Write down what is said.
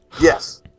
Yes